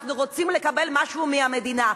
אנחנו רוצים לקבל משהו מהמדינה.